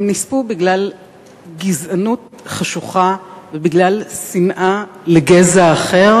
הם נספו בגלל גזענות חשוכה ובגלל שנאה לגזע אחר,